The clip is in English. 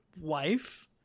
wife